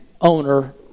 owner